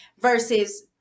versus